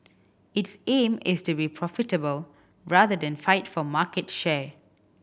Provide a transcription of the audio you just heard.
its aim is to be profitable rather than fight for market share